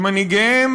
שמנהיגיהם